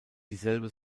dieselbe